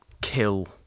kill